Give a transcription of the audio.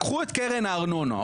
קחו את קרן הארנונה,